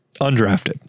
Undrafted